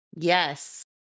yes